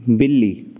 बिल्ली